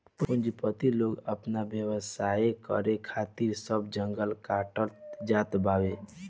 पूंजीपति लोग आपन व्यवसाय करे खातिर सब जंगल काटत जात बावे